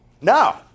No